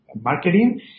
marketing